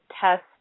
test